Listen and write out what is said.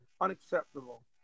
unacceptable